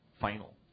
final